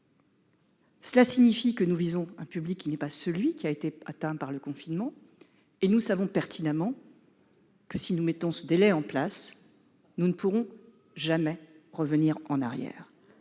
Cela signifie que nous visons un public qui n'est pas celui qui a été atteint par le confinement. Nous savons donc pertinemment que si nous mettons un tel délai en place nous ne pourrons jamais revenir en arrière.